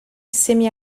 semi